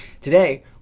Today